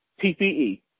PPE